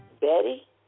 Betty